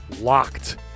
locked